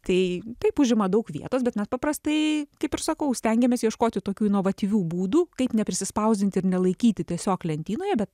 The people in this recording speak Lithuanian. tai taip užima daug vietos bet mes paprastai kaip ir sakau stengiamės ieškoti tokių inovatyvių būdų kaip neprisispauzdinti ir nelaikyti tiesiog lentynoje bet